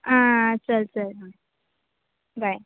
आं चल चल बाय